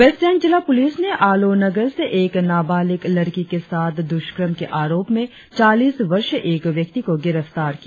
waste Siang जिला police ने आलो नगर से एक नाबालिक लड़की के साथ द्रष्क्रम के आरोप में चालीस वर्षीय एक व्यक्ति गिरफ्तार किया